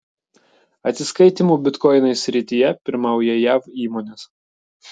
atsiskaitymų bitkoinais srityje pirmauja jav įmonės